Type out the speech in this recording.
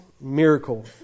miracle